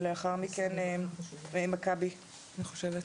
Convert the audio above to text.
הקשבת לדיון?